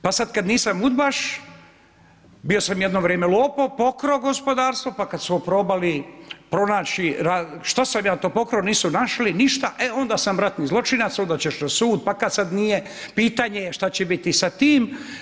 Pa sad kad nisam udbaš, bio sam jedno vrijeme lopov, pokrao gospodarstvo, pa kad su probali pronaći šta sam ja to pokrao, nisu našli ništa, e onda sam ratni zločinac, onda ćeš na sud, pa kad sad nije, pitanje je šta će biti sa tim.